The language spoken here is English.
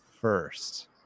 first